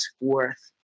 worth